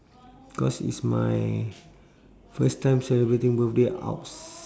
cause it' my first time celebrating birthday outs~